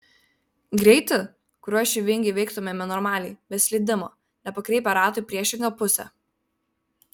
greitį kuriuo šį vingį įveiktumėme normaliai be slydimo nepakreipę ratų į priešingą pusę